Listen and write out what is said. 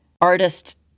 artist